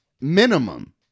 minimum